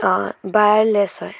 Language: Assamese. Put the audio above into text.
ৱায়াৰলেছ হয়